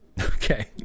Okay